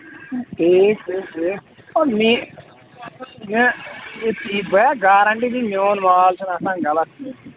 ٹھیٖک ٹھیٖک ٹھیٖک آ میٛٲنۍ نہَ بایا گارینٹی گٔے میٛون مال چھُنہٕ آسان غلط کیٚنٛہہ